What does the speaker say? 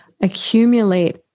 accumulate